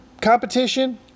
competition